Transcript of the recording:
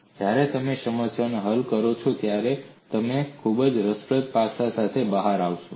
અને જ્યારે તમે સમસ્યા હલ કરો છો ત્યારે તમે ખૂબ જ રસપ્રદ પાસા સાથે બહાર આવશો